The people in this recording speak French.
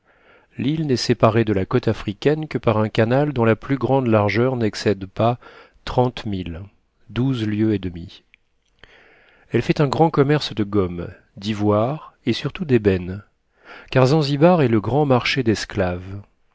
l'île n'est séparée de la côte africaine que par un canal dont la plus grande largeur n'excède pas trente milles douze lieues et demie elle fait un grand commerce de gomme d'ivoire et surtout d'ébène car zanzibar est le grand marché d'esclaves